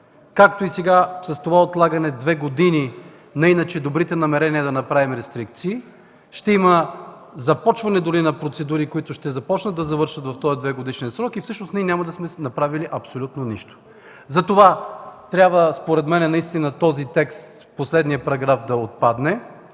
както и сега с това отлагане – две години, на иначе добрите намерения да направим рестрикции, ще има започване дори на процедури, които ще започнат, да завършат в този двегодишен срок и всъщност ние няма да сме направили абсолютно нищо. Затова трябва според мен наистина този текст – последният параграф да отпадне,